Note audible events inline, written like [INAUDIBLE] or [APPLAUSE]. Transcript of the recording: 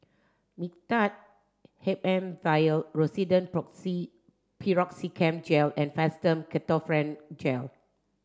Mixtard H M vial Rosiden [UNINTELLIGIBLE] Piroxicam Gel and Fastum Ketoprofen Gel